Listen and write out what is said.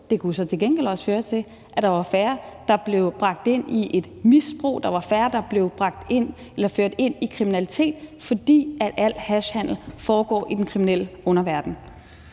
Det kunne så til gengæld også føre til, at der var færre, der blev bragt ind i et misbrug, at der var færre, der blev ført ind i kriminalitet, fordi al hashhandel foregår i den kriminelle underverden.